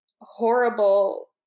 horrible